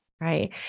right